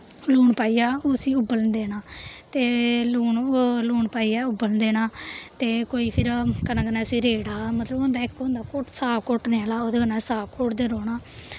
लून पाइयै उस्सी उब्बलन देना ते लून लून पाइयै उब्बलन देना ते कोई फिर कन्नै कन्नै उस्सी रेड़ा मतलब होंदा इक होंदा घोट साग घोटने आह्ला उ'दे कन्नै घोटदे रोह्ना